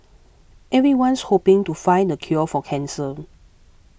everyone's hoping to find the cure for cancer